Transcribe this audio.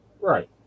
Right